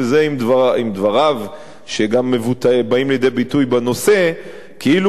וזה עם דבריו שגם באים לידי ביטוי בנושא כאילו